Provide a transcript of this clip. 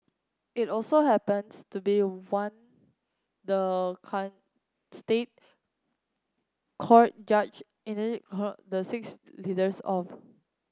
it also happens to be one the State Court judge the six leaders of